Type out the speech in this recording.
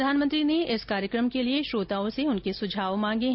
प्रधानमंत्री ने इस कार्यक्रम के लिए श्रोताओं के सुझाव मांगे हैं